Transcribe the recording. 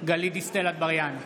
גלית דיסטל אטבריאן,